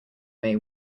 may